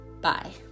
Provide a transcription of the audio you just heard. Bye